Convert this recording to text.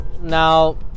Now